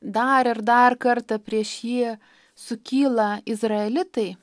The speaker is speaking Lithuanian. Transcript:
dar ir dar kartą prieš jį sukyla izraelitai